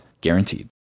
Guaranteed